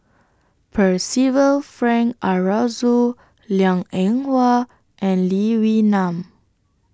Percival Frank Aroozoo Liang Eng Hwa and Lee Wee Nam